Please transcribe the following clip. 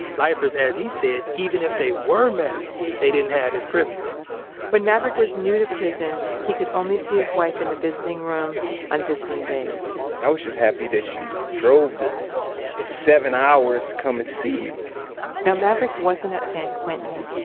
lifers, as he said, even if they were married, they didn't have this privilege when maverick was new to prison, he could only see his wife in the visiting room on visiting days i was just happy that she drove the seven hours to come and see me now, maverick wasn't at san quentin.